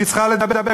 היא צריכה לדבר.